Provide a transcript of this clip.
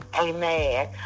Amen